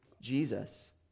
Jesus